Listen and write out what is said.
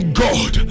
god